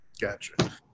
gotcha